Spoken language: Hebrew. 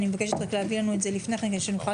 אני מבקשת להביא את זה לפני כן כדי שנוכל